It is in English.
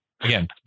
Again